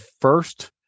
first